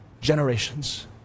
generations